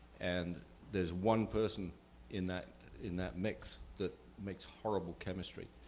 and there's one person in that in that mix that makes horrible chemistry.